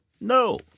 No